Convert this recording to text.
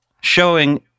showing